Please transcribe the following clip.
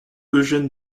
eugène